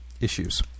issues